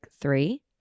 three